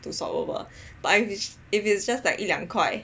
to swap over but if it is just like 一两块